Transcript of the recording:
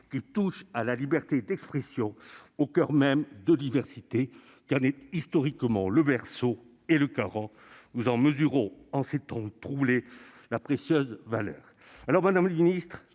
qui touche à la liberté d'expression au coeur même de l'université. Elle en est, historiquement, le berceau et la garante, et nous en mesurons en ces temps troublés la précieuse valeur.